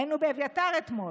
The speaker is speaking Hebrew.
היינו באביתר אתמול.